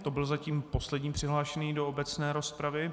To byl zatím poslední přihlášený do obecné rozpravy.